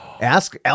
Ask